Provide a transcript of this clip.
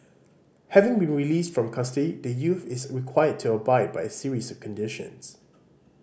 having been released from custody the youth is required to abide by a series of conditions